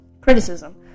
criticism